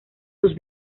sus